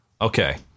Okay